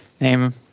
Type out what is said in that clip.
Name